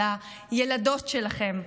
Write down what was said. על הילדות שלכם,